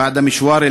הנצחי,